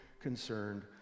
concerned